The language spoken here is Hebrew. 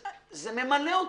זה ממלא אותי.